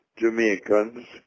Jamaicans